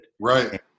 right